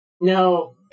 no